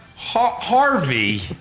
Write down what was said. Harvey